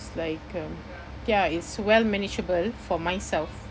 like um ya it's well manageable for myself